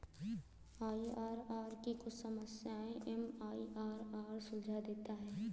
IRR की कुछ समस्याएं एम.आई.आर.आर सुलझा देता है